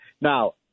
now